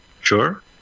Sure